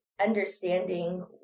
understanding